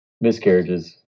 miscarriages